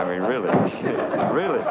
i mean really really